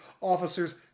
Officers